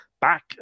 back